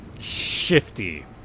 shifty